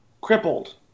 crippled